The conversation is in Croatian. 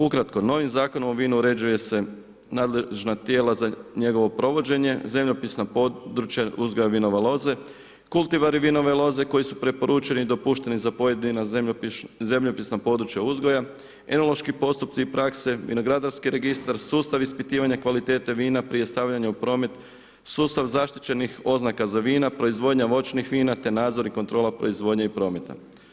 Ukratko, novim Zakonom o vinu uređuje se nadležna tijela za njegovo provođenje, zemljopisna područja uzgoja vinove loze, kultivari vinove loze koji su preporučeni i dopušteni za pojedina zemljopisna područja uzgoja, enološki postupci i prakse, vinogradarski registar, sustav ispitivanja kvalitete vina prije stavljanja u promet, sustav zaštićenih oznaka za vina, proizvodnja voćnih vina te nadzor i kontrola proizvodnje i prometa.